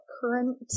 current